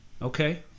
Okay